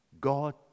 God